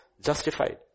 justified